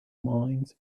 mind